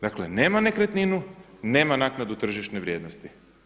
Dakle nema nekretninu, nema naknadu tržišne vrijednosti.